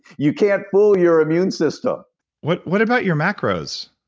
you can't fool your immune system what what about your macros?